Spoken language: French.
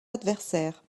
adversaires